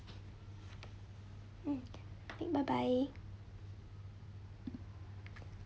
hmm bye bye